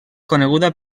coneguda